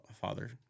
father